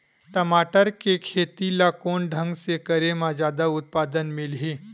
टमाटर के खेती ला कोन ढंग से करे म जादा उत्पादन मिलही?